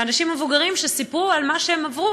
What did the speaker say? באנשים המבוגרים שסיפרו על מה שהם עברו,